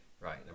Right